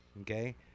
Okay